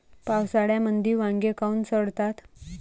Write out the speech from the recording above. पावसाळ्यामंदी वांगे काऊन सडतात?